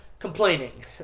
Complaining